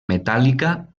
metàl·lica